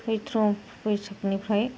Chaitra बैसागनिफ्राय